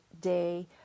day